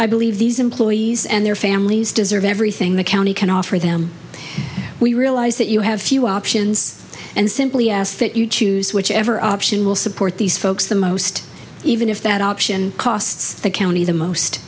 i believe these employees and their families deserve everything the county can offer them we realize that you have few options and simply ask that you choose whichever option will support these folks the most even if that option costs the county the most